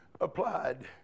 applied